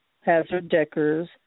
Hazard-Decker's